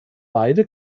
weide